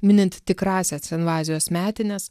minint tikrąsias invazijos metines